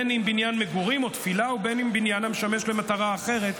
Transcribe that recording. אם בניין מגורים או תפילה ואם בניין המשמש למטרה אחרת,